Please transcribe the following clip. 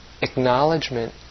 acknowledgement